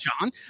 John